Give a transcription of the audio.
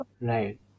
Right